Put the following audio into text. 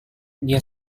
dia